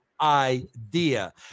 idea